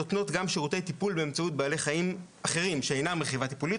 נותנות גם שירותי טיפול באמצעות בעלי חיים אחרים שאינם רכיבה טיפולית,